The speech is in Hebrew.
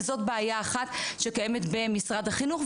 וזאת בעיה אחת שקיימת במשרד החינוך.